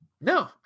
No